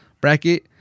bracket